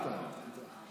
עכשיו, דבר נוסף, ששש.